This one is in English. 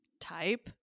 type